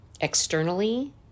externally